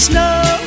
Snow